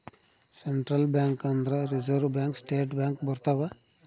central bank ಅಂದ್ರ reserve bank state bank ಬರ್ತವ